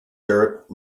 dirt